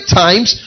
times